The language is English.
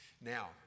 Now